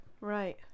Right